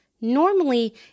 normally